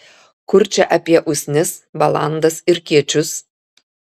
kur čia apie usnis balandas ir kiečius